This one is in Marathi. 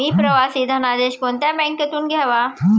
मी प्रवासी धनादेश कोणत्या बँकेतून घ्यावा?